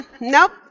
Nope